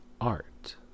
art